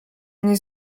nie